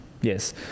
yes